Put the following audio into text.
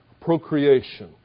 procreation